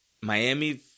Miami